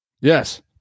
yes